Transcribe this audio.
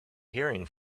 hearing